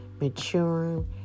maturing